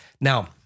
Now